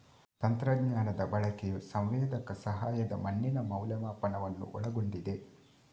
ತಂತ್ರಜ್ಞಾನದ ಬಳಕೆಯು ಸಂವೇದಕ ಸಹಾಯದ ಮಣ್ಣಿನ ಮೌಲ್ಯಮಾಪನವನ್ನು ಒಳಗೊಂಡಿದೆ